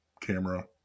camera